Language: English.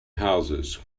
houses